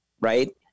Right